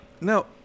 Now